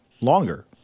longer